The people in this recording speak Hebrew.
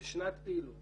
לשנת פעילות